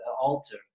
altar